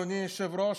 אדוני היושב-ראש,